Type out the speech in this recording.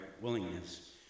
willingness